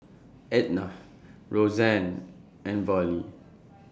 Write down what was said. Etna Roseanne and Vollie